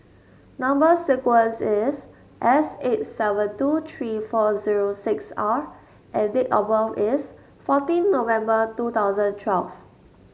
number sequence is S eight seven two three four zero six R and date of birth is fourteen November two thousand twelve